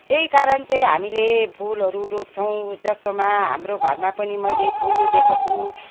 त्यही कारण चाहिँ हामीले फुलहरू रोप्छौँ जस्तोमा हाम्रो घरमा पनि मैले फुल रोपेको छु